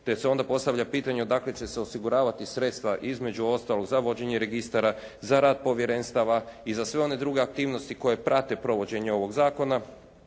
te se onda postavlja pitanje odakle će se osiguravati sredstva između ostalog za vođenje registara, za rad povjerenstava i za sve one druge aktivnosti koje prate provođenje ovog zakona